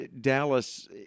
Dallas